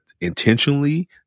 intentionally